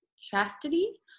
Chastity